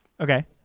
Okay